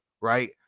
right